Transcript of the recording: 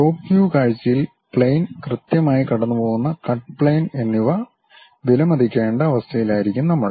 top view കാഴ്ചയിൽ plane കൃത്യമായി കടന്നുപോകുന്ന കട്ട് പ്ളെയിൻ എന്നിവ വിലമതിക്കേണ്ട അവസ്ഥയിലായിരിക്കും നമ്മൾ